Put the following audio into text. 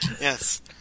Yes